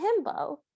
himbo